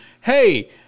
hey